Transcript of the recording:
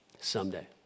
someday